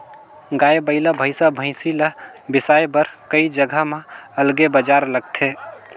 गाय, बइला, भइसा, भइसी ल बिसाए बर कइ जघा म अलगे बजार लगथे